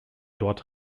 dort